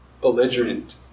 belligerent